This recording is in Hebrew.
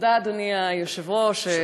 אדוני היושב-ראש,